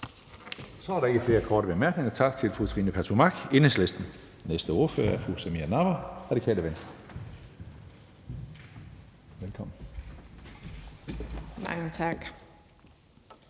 Så er der ikke flere korte bemærkninger. Tak til fru Trine Pertou Mach, Enhedslisten. Næste ordfører er fru Samira Nawa, Radikale Venstre. Velkommen. Kl.